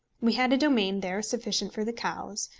we had a domain there sufficient for the cows,